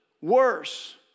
worse